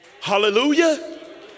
Hallelujah